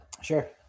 Sure